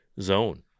zone